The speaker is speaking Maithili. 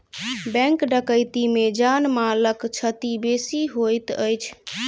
बैंक डकैती मे जान मालक क्षति बेसी होइत अछि